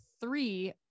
three